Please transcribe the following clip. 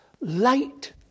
Light